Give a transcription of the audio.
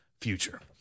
future